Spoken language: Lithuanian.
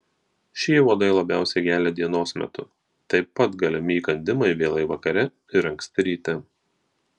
šie uodai labiausiai gelia dienos metu taip pat galimi įkandimai vėlai vakare ir anksti ryte